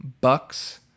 Bucks